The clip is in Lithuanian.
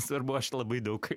svarbu aš labai daug